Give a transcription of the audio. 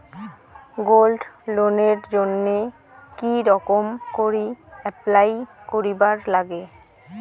Gold লোনের জইন্যে কি রকম করি অ্যাপ্লাই করিবার লাগে?